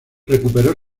recuperó